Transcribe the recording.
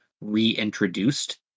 reintroduced